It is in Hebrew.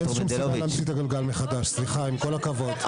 לא צריך להמציא את הגלגל מחדש, עם כל הכבוד.